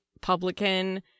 publican